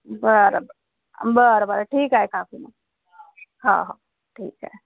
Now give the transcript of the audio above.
बरं बरं बरं ठीक आहे काकी मग हा हो ठीक आहे